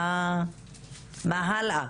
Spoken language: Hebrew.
מה הלאה?